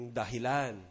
dahilan